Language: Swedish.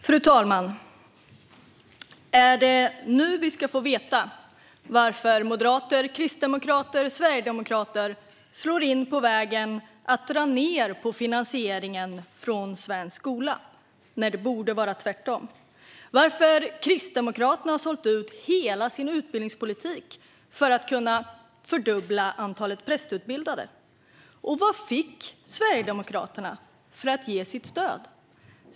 Fru talman! Är det nu vi ska få veta? Varför slår moderater, kristdemokrater och sverigedemokrater in på vägen att dra ned på finansieringen för svensk skola när det borde vara tvärtom? Varför har Kristdemokraterna sålt ut hela sin utbildningspolitik för att kunna fördubbla antalet prästutbildade? Och vad fick Sverigedemokraterna för att ge sitt stöd?